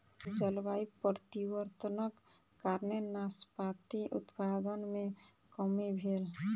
जलवायु परिवर्तनक कारणेँ नाशपाती उत्पादन मे कमी भेल